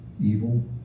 evil